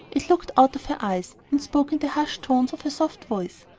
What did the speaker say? it looked out of her eyes, and spoke in the hushed tones of her soft voice.